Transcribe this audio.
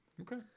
Okay